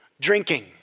Drinking